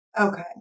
Okay